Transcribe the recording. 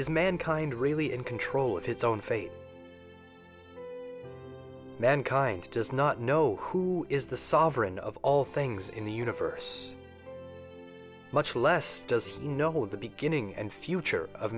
is mankind really in control of its own fate mankind does not know who is the sovereign of all things in the universe much less does he know of the beginning and future of